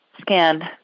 scanned